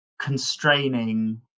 constraining